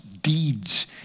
deeds